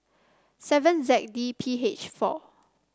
seven Z D P H four